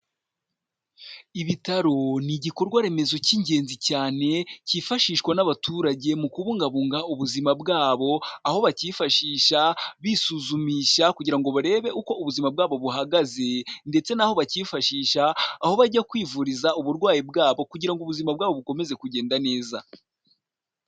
Ibitaro n'igikorwa remezo cy'ingenzi cyane cyifashishwa n'abaturage mu kubungabunga ubuzima bwabo, aho bakifashisha bisuzumisha kugira ngo barebe uko ubuzima bwabo buhagaze ndetse naho bakifashisha aho bajya kwivuriza uburwayi bwabo kugira ubuzima bwabo bukomeze kugenda neza.